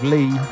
Lee